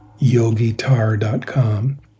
yogitar.com